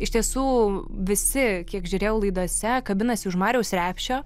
iš tiesų visi kiek žiūrėjau laidose kabinasi už mariaus repšio